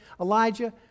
Elijah